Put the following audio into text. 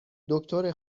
دکتر